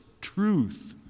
truth